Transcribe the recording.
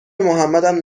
محمدم